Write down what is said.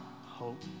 hope